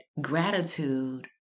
gratitude